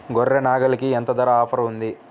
గొర్రె, నాగలికి ఎంత ధర ఆఫర్ ఉంది?